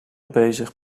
bezig